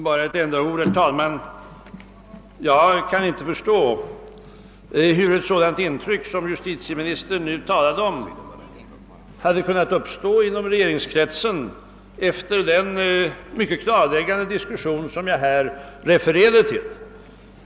Herr talman! Bara några få ord. Jag kan inte förstå hur ett sådant intryck som justitieministern nu talade om hade kunnat uppstå inom regeringskretsen efter den mycket klarläggande diskussion som jag nyss refererade till.